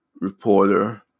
reporter